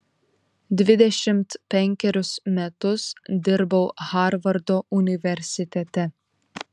dvidešimt penkerius metus dirbau harvardo universitete